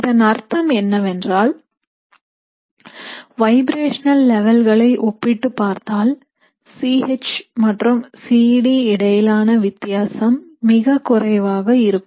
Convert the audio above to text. இதன் அர்த்தம் என்னவென்றால் வைப்ரேஷனல் லெவல்களை ஒப்பிட்டுப் பார்த்தால் C H மற்றும் C D இடையிலான வித்தியாசம் மிகக்குறைவாக இருக்கும்